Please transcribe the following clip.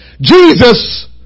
Jesus